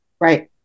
Right